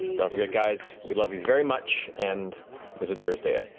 don't forget, guys, we love you very much and is it thursday yet?